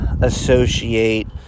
associate